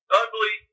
ugly